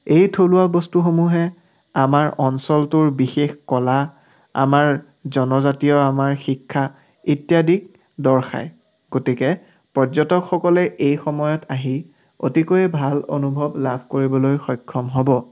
এই থলুৱা বস্তুসমূহে আমাৰ অঞ্চলটোৰ বিশেষ কলা আমাৰ জনজাতীয় আমাৰ শিক্ষা ইত্যাদিক দৰ্শায় গতিকে পৰ্যটকসকলে এই সময়ত আহি অতিকৈ ভাল অনুভৱ লাভ কৰিবলৈ সক্ষম হ'ব